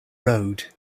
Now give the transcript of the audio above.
road